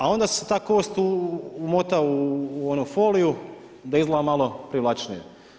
A onda se ta kost umota u onu foliju da izgleda malo privlačnije.